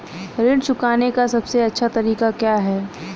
ऋण चुकाने का सबसे अच्छा तरीका क्या है?